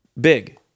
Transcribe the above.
big